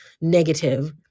negative